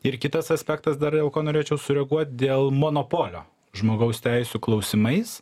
ir kitas aspektas dar dėl ko norėčiau sureaguot dėl monopolio žmogaus teisių klausimais